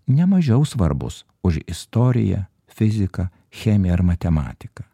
nemažiau svarbus už istoriją fiziką chemiją ar matematiką